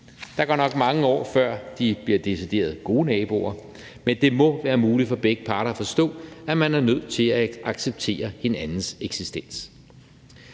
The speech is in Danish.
Der går nok mange år, før de bliver decideret gode naboer, men det må være muligt for begge parter at forstå, at man er nødt til at acceptere hinandens eksistens.